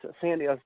Sandy